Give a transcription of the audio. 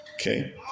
Okay